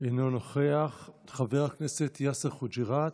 אינו נוכח, חבר הכנסת יאסר חוג'יראת,